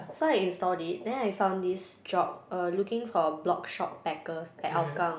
so I installed it then I found this job um looking for blog shop packers at Hougang